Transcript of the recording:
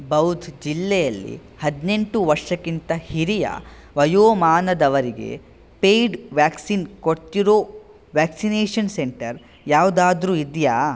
ಬೌದ್ ಜಿಲ್ಲೆಯಲ್ಲಿ ಹದಿನೆಂಟು ವರ್ಷಕ್ಕಿಂತ ಹಿರಿಯ ವಯೋಮಾನದವರಿಗೆ ಪೇಯ್ಡ್ ವ್ಯಾಕ್ಸಿನ್ ಕೊಡ್ತಿರೊ ವ್ಯಾಕ್ಸಿನೇಷನ್ ಸೆಂಟರ್ ಯಾವುದಾದ್ರು ಇದೆಯಾ